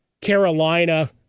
Carolina